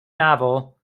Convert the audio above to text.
novel